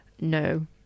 no